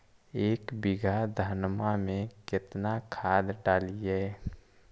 एक बीघा धन्मा में केतना खाद डालिए?